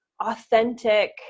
authentic